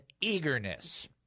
eagerness